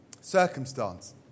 circumstance